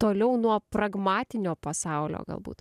toliau nuo pragmatinio pasaulio galbūt